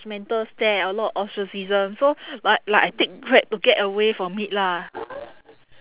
~gemental stare a lot of so like like I take Grab to get away from it lah